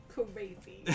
crazy